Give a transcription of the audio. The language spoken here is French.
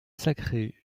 sacrée